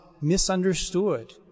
misunderstood